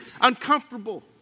uncomfortable